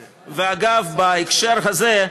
ואגב, בהקשר הזה,